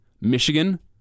Michigan